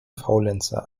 faulenzer